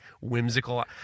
whimsical